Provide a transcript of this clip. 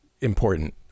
important